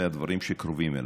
מהדברים שקרובים אליו.